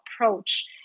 approach